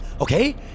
okay